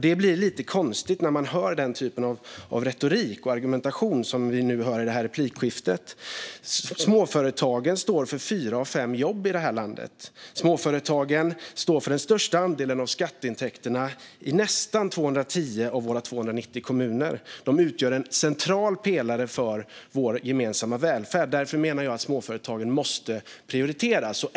Då blir det lite konstigt att höra den typen av retorik och argumentation som vi hör i det här replikskiftet. Småföretagen står för fyra av fem jobb i det här landet. Småföretagen står för den största andelen av skatteintäkterna i nästan 210 av våra 290 kommuner. De utgör en central pelare för vår gemensamma välfärd. Därför menar jag att småföretagen måste prioriteras.